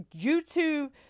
YouTube